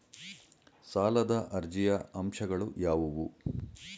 ಸಾಲದ ಅರ್ಜಿಯ ಅಂಶಗಳು ಯಾವುವು?